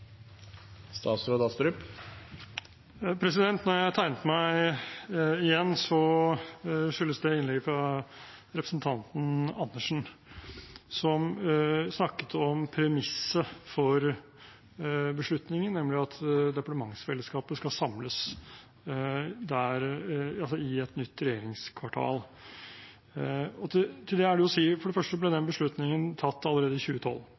Når jeg tegnet meg igjen, skyldtes det innlegget fra representanten Andersen, som snakket om premisset for beslutningen, nemlig at departementsfellesskapet skal samles i et nytt regjeringskvartal. Til det er å si at for det første ble den beslutningen tatt allerede i 2012,